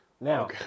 Now